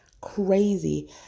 Crazy